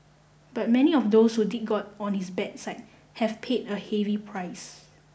but many of those who did get on his bad side have paid a heavy price